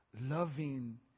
Loving